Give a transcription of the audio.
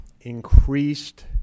increased